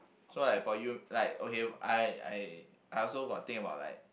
so like for you like okay I I I also got think about like